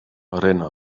rennen